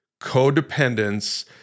codependence